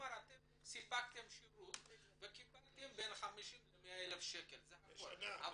כלומר אתם סיפקתם שירות וקיבלתם בין 50,000 ל-100,000 שקל לשנה.